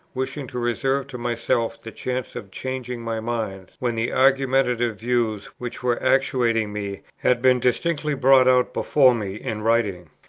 wishing to reserve to myself the chance of changing my mind when the argumentative views which were actuating me had been distinctly brought out before me in writing.